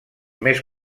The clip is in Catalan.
més